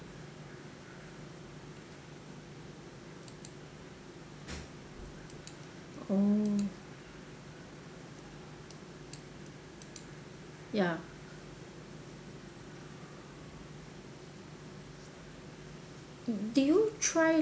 oh ya did you try